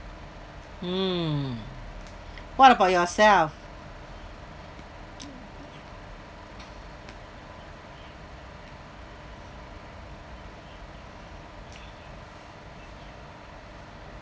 hmm what about yourself